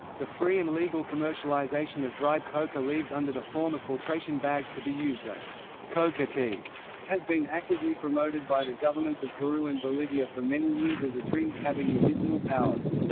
the free and legal commercialization of dried coca leaves under the form of filtration bags to be used as coca tea has been actively promoted by the governments of peru and bolivia for many years as a drink having medicinal powers.